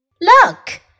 Look